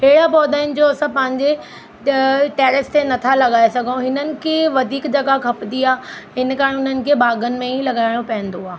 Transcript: अहिड़ा पौधा आहिनि जो असां पंहिंजे टैरेस ते नथा लॻाए सघूं हिननि खे वधीक जॻह खपंदी आहे इन कारणु उन्हनि खे बाग़न में ई लॻाइणो पवंदो आहे